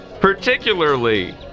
Particularly